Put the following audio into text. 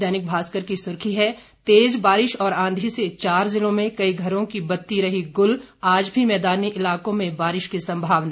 दैनिक भास्कर की सुर्खी है तेज बारिश और आंधी से चार जिलों में कई घरों की बत्ती रही गुल आज भी मैदानी इलाकों में बारिश की संभावना